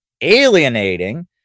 alienating